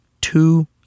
two